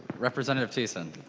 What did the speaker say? representative thissen